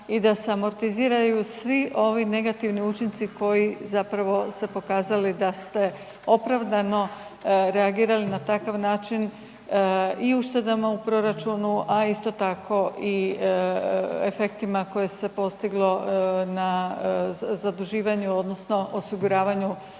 i da se amortiziraju svi oni negativni učinci koji zapravo se pokazali da ste opravdano reagirali na takav način i uštedama u proračunu a isto tako efektima koje se postiglo na zaduživanju odnosno osiguravaju